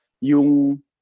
yung